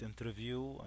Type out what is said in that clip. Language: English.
interview